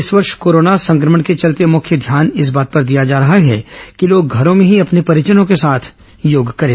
इस वर्ष कोरोना संक्रमण के चलते मुख्य ध्यान इस बात पर दिया जा रहा है कि लोग घरों में ही अपने परिजनों के साथ योग करें